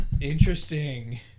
Interesting